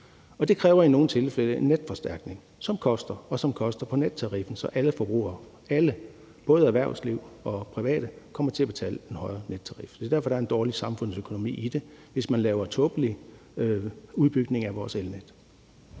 og det kræver i nogle tilfælde en netforstærkning, som koster, og som koster på nettariffen, så alle forbrugere – alle, både erhvervsliv og private – kommer til at betale en højere nettarif. Det er derfor, der er en dårlig samfundsøkonomi i det, hvis man laver tåbelige udbygninger af vores elnet.